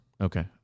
Okay